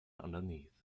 underneath